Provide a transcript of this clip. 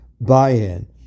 buy-in